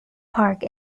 park